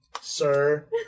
sir